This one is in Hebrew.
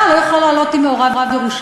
אתה לא יכול לעלות עם מעורב ירושלמי,